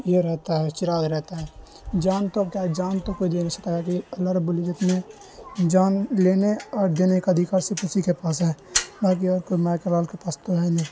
یہ رہتا ہے چراغ رہتا ہے جان تو کیا ہے جان تو کوئی دے نہیں سکتا ہے کہ اللہ رب العزت نے جان لینے اور دینے کا ادھیکار صرف اسی کے پاس ہے باقی اور کوئی مائی کا لال کے پاس تو ہے نہیں